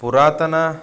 पुरातनानि